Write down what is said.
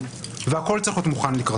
וההחלטות האלה הן בעלות גוון שיפוטי.